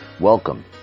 Welcome